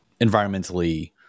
environmentally